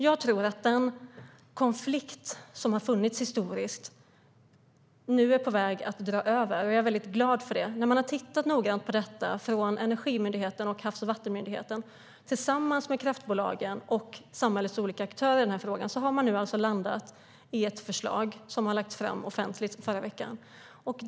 Jag tror att den konflikt som har funnits historiskt nu är på väg att dra förbi, och jag är väldigt glad för det. Man har från Energimyndigheten och Havs och vattenmyndigheten tittat noggrant på detta tillsammans med kraftbolagen och samhällets olika aktörer i frågan, och man har nu landat i ett förslag som lades fram offentligt i förra veckan.